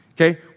Okay